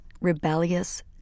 rebellious